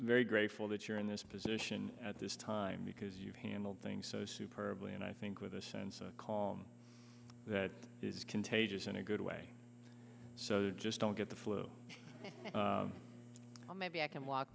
very grateful that you're in this position at this time because you've handled things so superbly and i think with a sense of calm that is contagious in a good way so just don't get the flu maybe i can walk